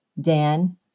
dan